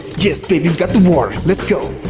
yes baby got the water, let's go!